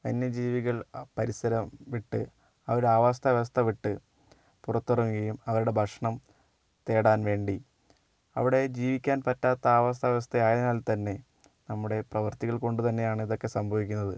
വന്യജീവികൾ പരിസരം വിട്ട് അവരുടെ ആവാസ്ഥ വ്യവസ്ഥ വിട്ട് പുറത്തു ഇറങ്ങുകയും അവരുടെ ഭക്ഷണം തേടാൻവേണ്ടി അവിടെ ജീവിക്കാൻ പറ്റാത്ത ആവാസ്ഥ വ്യവസ്ഥ ആയതിൽ തന്നെ നമ്മുടെ പ്രവർത്തികൾ കൊണ്ടുതന്നെയാണ് ഇതൊക്കെ സംഭവിക്കുന്നത്